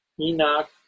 Enoch